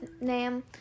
name